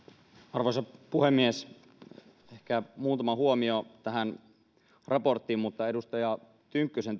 arvoisa puhemies ehkä muutama huomio tähän raporttiin mutta tuosta edustaja tynkkysen